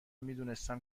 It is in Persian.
میدونستم